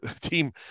team